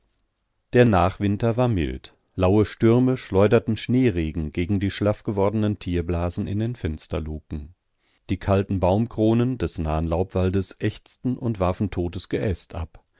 der nachwinter war mild laue stürme schleuderten schneeregen gegen die schlaffgewordenen tierblasen in den fensterluken die kalten baumkronen des nahen laubwaldes ächzten und warfen totes geäst ab